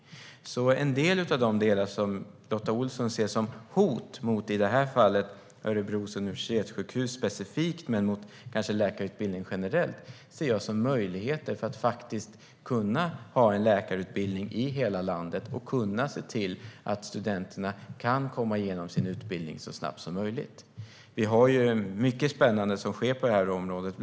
En del av de delar som Lotta Olsson ser som hot mot i det här fallet Örebro universitetssjukhus specifikt och kanske mot läkarutbildning generellt ser jag alltså som möjligheter att kunna ha läkarutbildning i hela landet och se till att studenterna kan komma igenom sin utbildning så snabbt som möjligt. Det sker mycket spännande på det här området.